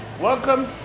Welcome